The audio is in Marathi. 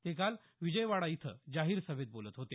ते काल विजयवाडा इथं जाहीर सभेत बोलत होते